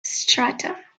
strata